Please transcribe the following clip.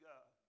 God